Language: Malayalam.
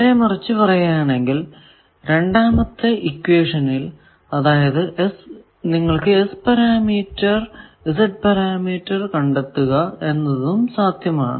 നേരെ മറിച്ചു പറയുകയാണെങ്കിൽ രണ്ടാമത്തെ ഇക്വേഷനിൽ അതായതു നിങ്ങൾക്കു S പാരാമീറ്റർ Z പാരാമീറ്റർ കണ്ടെത്തുക എന്നതും സാധ്യമാണ്